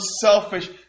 selfish